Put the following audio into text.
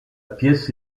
pièce